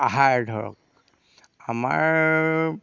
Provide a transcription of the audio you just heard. আহাৰ ধৰক আমাৰ